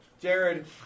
Jared